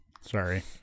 Sorry